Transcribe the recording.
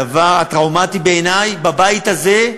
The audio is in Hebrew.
הדבר הטראומטי בעיני בבית הזה,